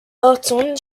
horton